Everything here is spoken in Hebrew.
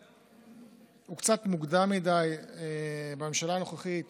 קצת מוקדם מדי בממשלה הנוכחית